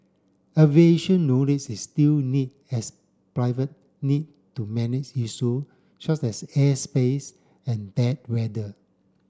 aviation knowledge is still need as private need to manage issue such as airspace and bad weather